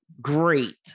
great